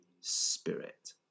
Spirit